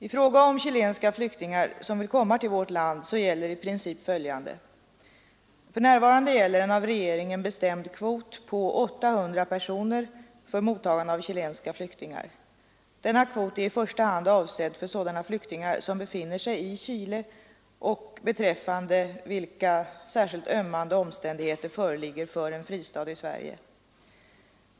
I fråga om chilenska flyktingar som vill komma till vårt land gäller i princip följande. För närvarande gäller en av regeringen bestämd kvot på 800 personer för mottagande av chilenska flyktingar. Denna kvot är i första hand avsedd för sådana flyktingar som befinner sig i Chile och beträffande vilka särskilt ömmande omständigheter föreligger för en fristad i Sverige.